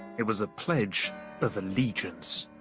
it was a pledge of allegiance.